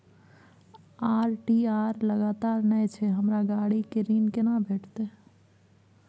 ITR लगातार नय छै हमरा गाड़ी के ऋण केना भेटतै?